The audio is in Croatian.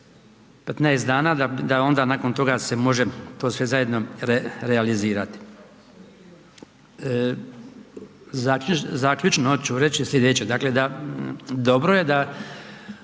15 dana da onda nakon toga se može to sve zajedno realizirati. Zaključno hoću reći slijedeće, dakle, da dobro je da